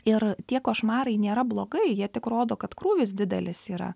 ir tie košmarai nėra blogai jie tik rodo kad krūvis didelis yra